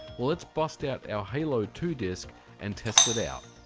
well, let's bust out our halo two disc and test it out.